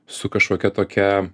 su kažkokia tokia